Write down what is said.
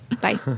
Bye